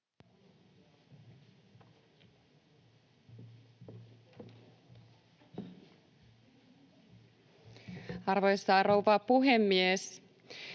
Arvoisa rouva puhemies!